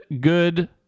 good